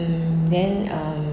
mm then um